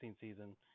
season